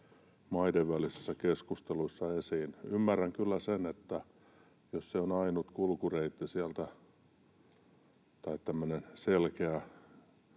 maiden välisissä keskusteluissa esiin? Ymmärrän kyllä sen, että jos se on ainut kulkureitti sieltä tai tämmöinen selkeä